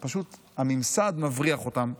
הממסד מבריח אותם,